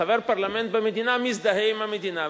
שחבר פרלמנט במדינה מזדהה עם המדינה,